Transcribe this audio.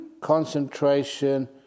Concentration